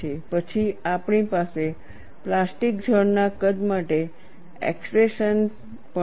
પછી આપણી પાસે પ્લાસ્ટિક ઝોન ના કદ માટે એક્સપ્રેશનઓ પણ છે